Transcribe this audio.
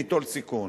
ניטול סיכון.